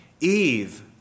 Eve